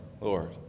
Lord